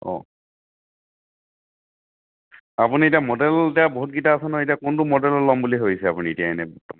অঁ আপুনি এতিয়া মডেল এতিয়া বহুত কিটা আছে নহয় এতিয়া কোনটো মডেলৰ ল'ম বুলি ভাবিছে আপুনি এতিয়া এনেই বৰ্তমান